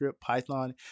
Python